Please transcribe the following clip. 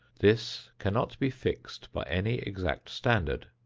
this cannot be fixed by any exact standard.